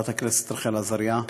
חברת הכנסת רחל עזריה.